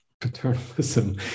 paternalism